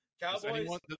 Cowboys